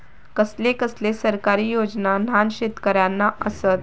कसले कसले सरकारी योजना न्हान शेतकऱ्यांना आसत?